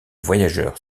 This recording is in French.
voyageurs